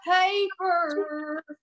paper